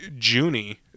Junie